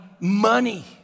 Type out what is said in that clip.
money